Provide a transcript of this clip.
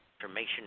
information